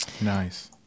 Nice